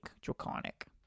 draconic